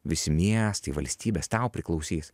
visi miestai valstybės tau priklausys